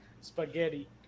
Spaghetti